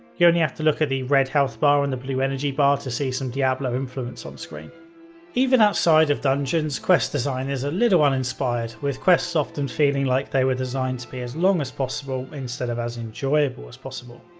you only have to look at the red health bar and the blue energy bar to see some diablo influence. um even outside of dungeons, quest design is a little uninspired with quests often feeling like they were designed to be as long as possible instead of as enjoyable as possible.